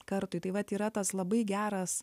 kartui tai vat yra tas labai geras